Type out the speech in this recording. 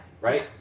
Right